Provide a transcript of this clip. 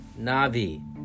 Navi